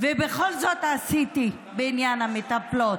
בכל זאת עשיתי בעניין המטפלות.